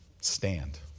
Stand